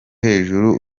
hejuru